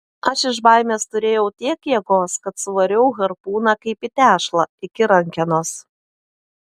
aš iš baimės turėjau tiek jėgos kad suvariau harpūną kaip į tešlą iki rankenos